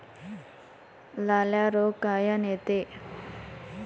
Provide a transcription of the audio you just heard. लाल्या रोग कायनं येते?